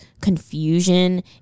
confusion